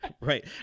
Right